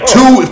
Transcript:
Two